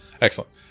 Excellent